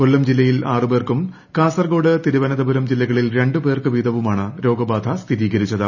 കൊല്ലം ജില്ലയിൽ ആറു പേർക്കും കാസർകോട് തിരുവനന്തപുരം ജില്ലകളിൽ രണ്ടുപേർക്ക് വീതവുമാണ് രോഗബാധ സ്ഥിരീകരിച്ചത്